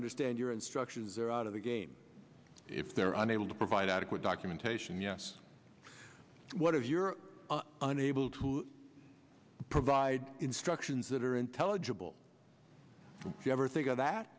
understand your instructions are out of the game if there are unable to provide adequate documentation yes what if you're unable to provide instructions that are intelligible if you ever think of that